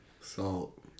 Salt